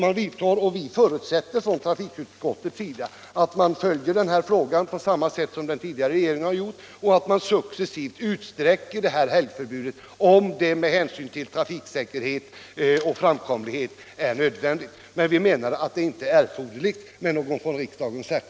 Utskottet förutsätter att regeringen följer frågan på samma sätt som den tidigare regeringen gjorde och successivt utsträcker helgförbudet om det är nödvändigt med hänsyn till trafiksäkerhet och framkomlighet. Däremot anser vi att det inte är erforderligt med någon särskild åtgärd från riksdagens sida.